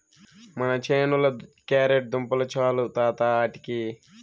మన చేనుల క్యారెట్ దుంపలు చాలు తాత ఆటికి